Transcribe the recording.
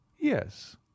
Yes